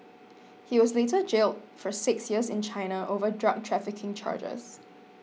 he was later jailed for six years in China over drug trafficking charges